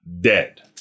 dead